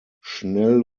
schnell